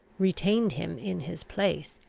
retained him in his place,